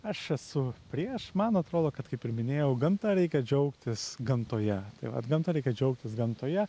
aš esu prieš man atrodo kad kaip ir minėjau gamta reikia džiaugtis gamtoje vat gamta reikia džiaugtis gamtoje